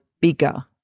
bigger